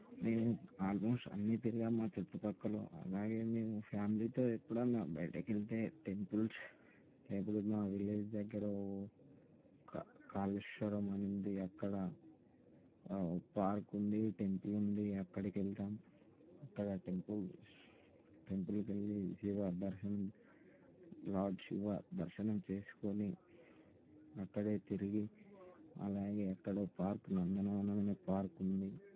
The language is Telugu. మేము ఆల్మోస్ట్ అన్నీ తిరిగాము చుట్టుపక్కలో అలాగే మేము ఫ్యామిలీతో ఎప్పుడైనా బయటికి వెళ్తే టెంపుల్స్ లేకపోతే మా విలేజ్ దగ్గర కాళేశ్వరం అని ఉంది అక్కడ పార్కు ఉంది టెంపుల్ ఉంది అక్కడికి వెళ్తాం అక్కడ టెంపుల్ టెంపుల్కి వెళ్ళి శివ దర్శనం లార్డ్ శివ దర్శనం చేసుకుని అక్కడే తిరిగి అలాగే అక్కడే పార్క్ నందనవనం పార్క్ ఉంది